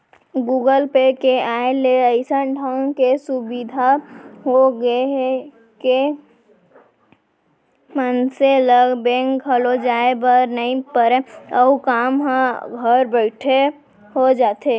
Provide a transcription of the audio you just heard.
Google Pay के आय ले अइसन ढंग के सुभीता हो गए हे के मनसे ल बेंक घलौ जाए बर नइ परय अउ काम ह घर बइठे हो जाथे